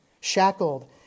shackled